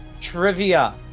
trivia